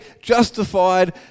justified